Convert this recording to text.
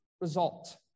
result